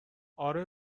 آره